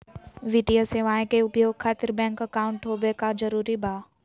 वित्तीय सेवाएं के उपयोग खातिर बैंक अकाउंट होबे का जरूरी बा?